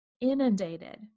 inundated